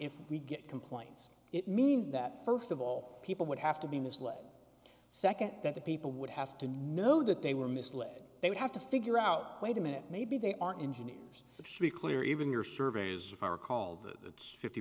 if we get complaints it means that first of all people would have to be misled second that the people would have to know that they were misled they would have to figure out wait a minute maybe they aren't engineers but should be clear even your surveys if i recall that fifty